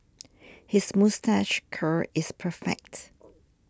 his moustache curl is perfect